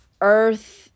earth